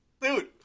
Dude